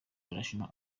international